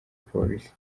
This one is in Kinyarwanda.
polisi